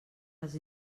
les